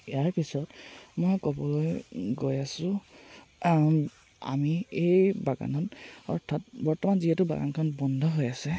ইয়াৰ পিছত মই ক'বলৈ গৈ আছোঁ আমি এই বাগানত অৰ্থাৎ বৰ্তমান যিহেতু বাগানখন বন্ধ হৈ আছে